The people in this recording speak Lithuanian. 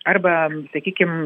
arba sakykim